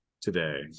today